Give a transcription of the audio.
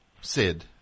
Sid